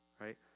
right